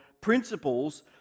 principles